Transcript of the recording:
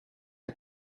are